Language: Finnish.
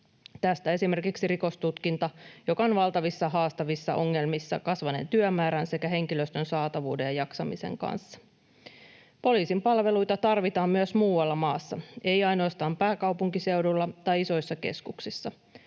Tästä esimerkkinä rikostutkinta, joka on valtavissa, haastavissa ongelmissa kasvaneen työmäärän sekä henkilöstön saatavuuden ja jaksamisen kanssa. Poliisin palveluita tarvitaan myös muualla maassa, ei ainoastaan pääkaupunkiseudulla tai isoissa keskuksissa.